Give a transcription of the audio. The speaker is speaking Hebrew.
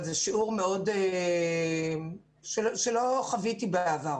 אבל זה שיעור שלא חוויתי בעבר.